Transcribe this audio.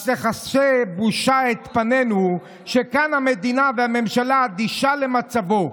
אז תכסה בושה את פנינו שכאן המדינה והממשלה אדישות למצבו.